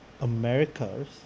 Americas